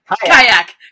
Kayak